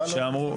השוואה לא נכונה.